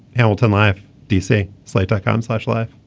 hamilton life d c. slate dot com slash life